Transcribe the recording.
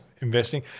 investing